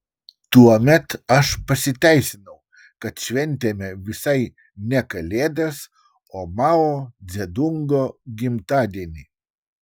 tuomet aš pasiteisinau kad šventėme visai ne kalėdas o mao dzedungo gimtadienį